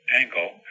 angle